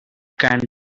can